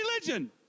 religion